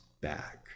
back